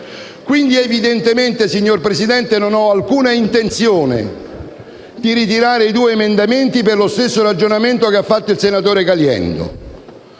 Quindi, evidentemente, signor Presidente, non ho alcuna intenzione di ritirare i due emendamenti per lo stesso ragionamento fatto dal senatore Caliendo.